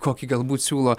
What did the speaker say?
kokį galbūt siūlo